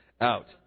out